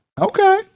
Okay